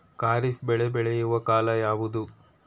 ಖಾರಿಫ್ ಬೆಳೆ ಬೆಳೆಯುವ ಕಾಲ ಯಾವುದು?